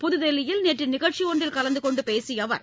புதுதில்லியில் நேற்று நிகழ்ச்சி ஒன்றில் கலந்து கொண்டு பேசிய அவர்